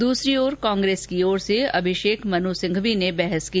दूसरी ओर कांग्रेस की ओर से अभिषेक मनु सिंघवी ने बहस की